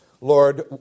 Lord